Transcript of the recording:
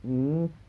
mm